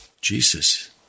Jesus